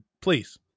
please